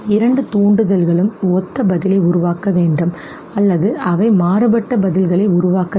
இரண்டு தூண்டுதல்களும் ஒத்த பதிலை உருவாக்க வேண்டும் அல்லது அவை மாறுபட்ட பதில்களை உருவாக்க வேண்டும்